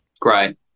Great